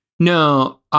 No